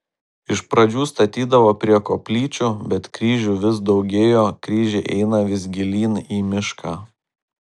iš pradžių statydavo prie koplyčių bet kryžių vis daugėjo kryžiai eina vis gilyn į mišką